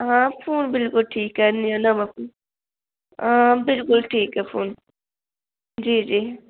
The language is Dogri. हां फोन बिल्कुल ठीक ऐ न नमां हां बिल्कुल ठीक ऐ फोन जी जी